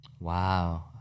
Wow